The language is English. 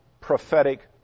prophetic